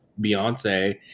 Beyonce